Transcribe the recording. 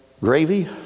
gravy